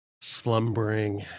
slumbering